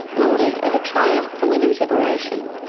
lauded as a triumph for women's liberation,